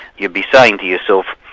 you'd be saying to yourself,